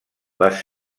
les